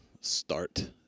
start